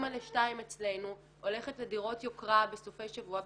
אמא לשתיים אצלנו הולכת לדירות יוקרה בסופי שבוע,